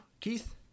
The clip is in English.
Keith